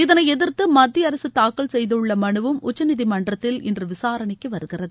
இதனை எதிர்த்து மத்திய அரசு தாக்கல் செய்துள்ள மலுவும் உச்சநீதிமன்றத்தில் இன்று விசாரணைக்கு வருகிறது